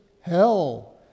hell